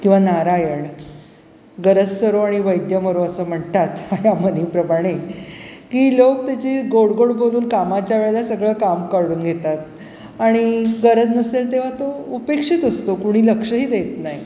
किंवा नारायण गरज सरो आणि वैद्यमरव असं म्हणतात ह्या मनीप्रमाणे की लोक त्याची गोड गोड बोलून कामाच्या वेळेला सगळं काम काढून घेतात आणि गरज नसेल तेव्हा तो उपेक्षित असतो कुणी लक्षही देत नाही